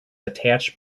attached